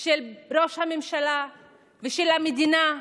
של ראש הממשלה ושל המדינה,